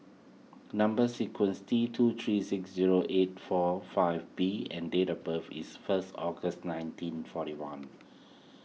Number Sequence T two three six zero eight four five B and date of birth is first August nineteen forty one